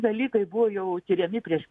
dalykai buvo jau tiriami prieš